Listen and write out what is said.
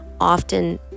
often